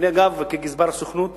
דרך אגב, כגזבר הסוכנות